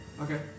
okay